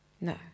No